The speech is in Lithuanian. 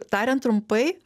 tariant trumpai